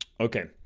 Okay